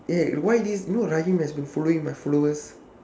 eh why this you know rahim has been following my followers